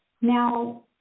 Now